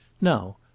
Now